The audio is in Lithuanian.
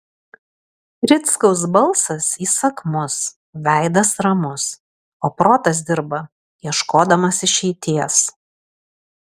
rickaus balsas įsakmus veidas ramus o protas dirba ieškodamas išeities